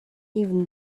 even